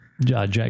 Jack